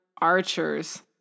Archers